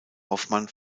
hoffmann